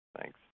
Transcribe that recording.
Thanks